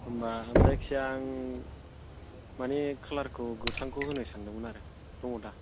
होम्बा आं जायखिया आं मानि खालारखौ गोथांखौ होनो सान्दोंमोन आरो दङ दा